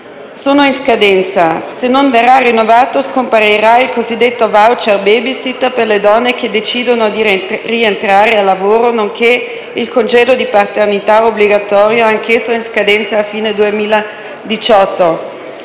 sono in scadenza. Se non verrà rinnovato, scomparirà il cosiddetto *voucher baby sitter* per le donne che decidono di rientrare al lavoro, nonché il congedo di paternità obbligatoria, anch'esso in scadenza a fine 2018.